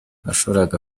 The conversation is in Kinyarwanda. washoboraga